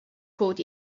called